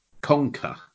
conquer